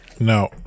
No